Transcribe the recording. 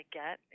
get